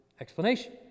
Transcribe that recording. explanation